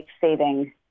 saving